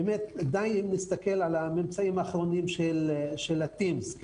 על הממצאים האחרונים של ה-TIMSS ,